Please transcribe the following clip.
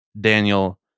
Daniel